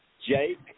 Jake